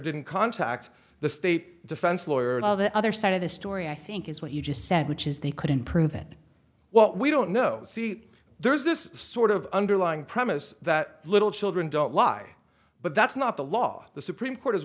didn't contact the state defense lawyer and all the other side of the story i think is what he just said which is they couldn't prove it what we don't know see there's this sort of underlying premise that little children don't lie but that's not the law the supreme court